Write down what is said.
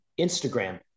instagram